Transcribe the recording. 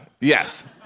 yes